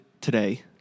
today